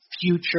future